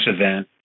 event